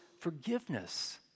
forgiveness